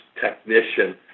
technician